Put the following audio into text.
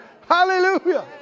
hallelujah